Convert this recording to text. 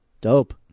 Dope